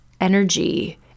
energy